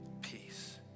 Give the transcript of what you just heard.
peace